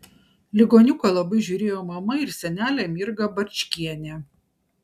ligoniuką labai žiūrėjo mama ir senelė mirga barčkienė